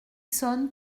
sonne